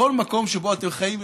או לכל מקום שבו אתם חיים,